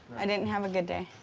i didn't have a good day.